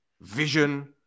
vision